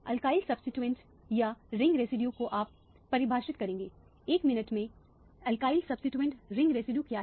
alkyl substitute ring residue क्या हैं